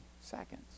seconds